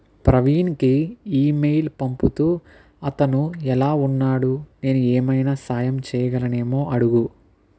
ప్రవీణ్కి email పంపుతూ అతను ఎలా ఉన్నాడు నేను ఏమైన సాయం చేయగలనేమో అడుగు